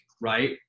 right